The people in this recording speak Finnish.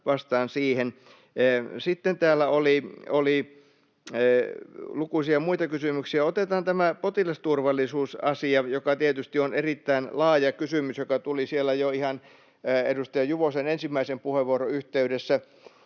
vastaan siihen: kyllä. Sitten täällä oli lukuisia muita kysymyksiä. Otetaan tämä potilasturvallisuusasia, joka tietysti on erittäin laaja kysymys ja joka tuli jo ihan siellä edustaja Juvosen ensimmäisen puheenvuoron yhteydessä.